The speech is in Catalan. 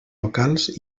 locals